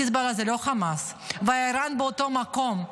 חיזבאללה זה לא חמאס, ואיראן באותו מקום.